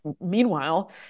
meanwhile